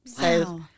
Wow